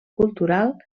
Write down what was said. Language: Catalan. cultural